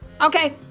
okay